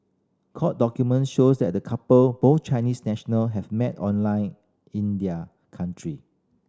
court document shows that the couple both Chinese national have met online in their country